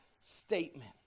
statement